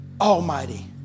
Almighty